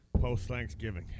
Post-Thanksgiving